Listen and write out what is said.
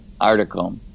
article